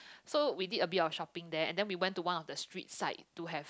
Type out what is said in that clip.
so we did a bit of shopping there and then we went to one of the streets side to have